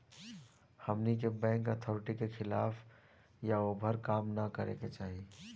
हमनी के bank authority के खिलाफ या ओभर काम न करे के चाही